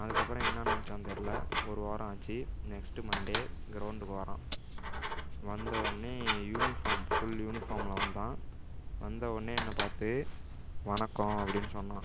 அதுக்கப்புபறம் என்ன நினைத்தானு தெரில ஒருவாரம் ஆச்சு நெக்ஸ்ட் மண்டே கிரவுண்டுக்கு வர்றான் வந்தவுடனே யூனிபார்ம் ஃபுல் யூனிபார்மில் வந்தான் வந்தவுடனே என்னை பார்த்து வணக்கம் அப்படினு சொன்னான்